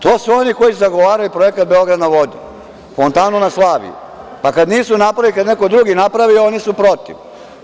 To su oni koji zagovaraju projekat „Beograd na vodi“, fontanu na Slaviji, pa kad nisu napravili, pa neko drugi napravi, oni su protiv.